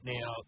Now